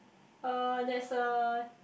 uh there's a